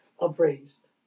upraised